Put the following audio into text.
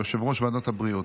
יושב-ראש ועדת הבריאות.